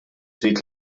trid